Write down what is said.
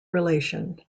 relation